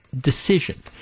decision